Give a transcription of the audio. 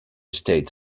states